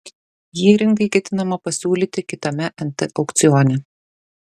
jį rinkai ketinama pasiūlyti kitame nt aukcione